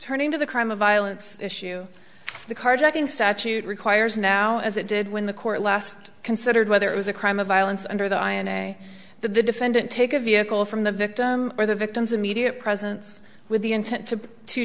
turning to the crime of violence issue the carjacking statute requires now as it did when the court last considered whether it was a crime of violence under the eye and say that the defendant take a vehicle from the victim or the victim's immediate presence with the intent to to